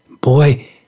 Boy